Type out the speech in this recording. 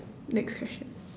next question